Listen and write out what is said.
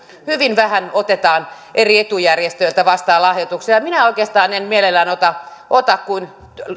hyvin vähän otetaan eri etujärjestöiltä vastaan lahjoituksia minä oikeastaan en mielelläni ota ota kuin